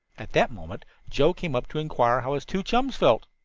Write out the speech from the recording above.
at that moment joe came up to inquire how his two chums felt.